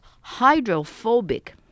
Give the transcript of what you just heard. hydrophobic